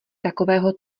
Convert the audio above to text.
takového